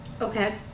okay